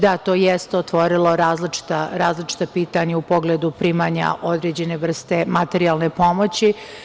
Da, to jeste otvorilo različita pitanja u pogledu primanja određene vrste materijalne pomoći.